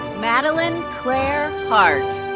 madeline claire hardt.